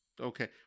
okay